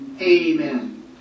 Amen